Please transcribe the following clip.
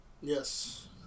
Yes